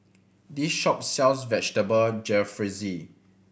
this shop sells Vegetable Jalfrezi